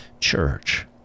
church